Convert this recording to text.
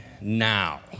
now